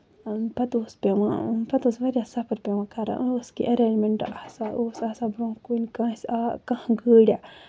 پَتہٕ اوس پیٚوان پَتہٕ اوس واریاہ صبر پیٚوان کَرُن ٲس کیٚنٛہہ ایریجمیٚنٹ آسان اوس آسان برونٛہہ کُن کٲنٛسہِ کانٛہہ گٲڑیٚہ